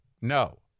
No